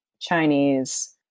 Chinese